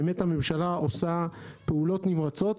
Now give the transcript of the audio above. הממשלה עושה פעולות נמרצות.